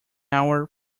our